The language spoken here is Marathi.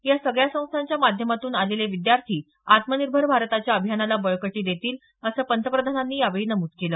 या सगळ्या संस्थांच्या माध्यमातून आलेले विद्यार्थी आत्मनिर्भर भारताच्या अभियानाला बळकटी देतील असं पंतप्रधानांनी यावेळी नमूद केलं